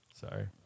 Sorry